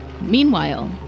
Meanwhile